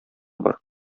бар